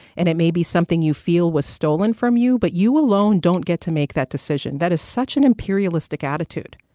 and it may be something you feel was stolen from you, but you alone don't get to make that decision. that is such an imperialistic attitude,